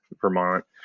vermont